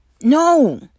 No